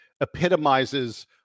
epitomizes